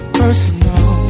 personal